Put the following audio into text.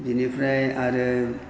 बेनिफ्राय आरो